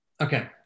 Okay